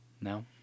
No